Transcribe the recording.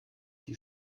die